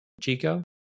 Chico